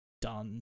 done